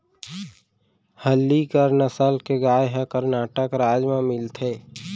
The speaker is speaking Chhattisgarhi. हल्लीकर नसल के गाय ह करनाटक राज म मिलथे